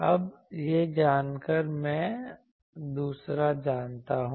अब यह जानकर मैं दूसरा जानता हूं